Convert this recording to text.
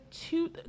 two